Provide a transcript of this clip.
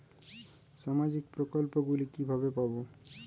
সামাজিক প্রকল্প গুলি কিভাবে পাব?